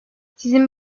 sizin